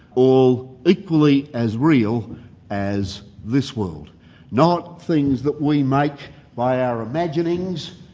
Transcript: all equally as real as this world not things that we make by our imaginings,